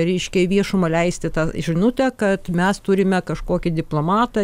reiškia į viešumą leisti tą žinutę kad mes turime kažkokį diplomatą